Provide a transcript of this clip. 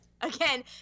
again